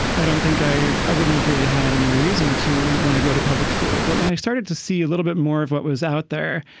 i don't think i i wouldn't have really had any reason to want to go to public school. but when i started to see a little bit more of what was out there,